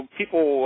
people